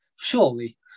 surely